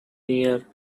near